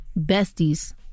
besties